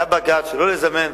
היה בג"ץ שלא לזמן,